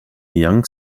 young